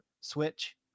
switch